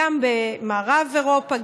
גם במערב אירופה,